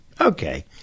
Okay